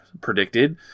predicted